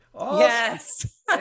Yes